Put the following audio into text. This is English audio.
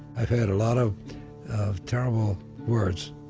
i've had a lot of of terrible words